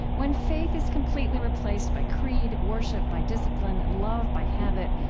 when faith is completely replaced by creed, worship by discipline, love by habit,